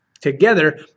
together